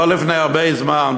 לא לפני הרבה זמן,